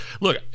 Look